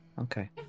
Okay